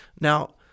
Now